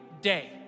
day